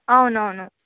అవునవును